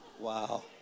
Wow